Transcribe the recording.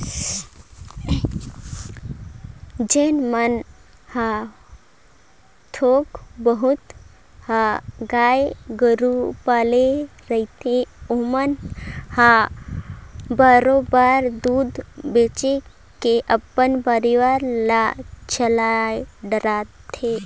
जेन मन ह थोक बहुत ह गाय गोरु पाले रहिथे ओमन ह बरोबर दूद बेंच के अपन परवार ल चला डरथे